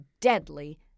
deadly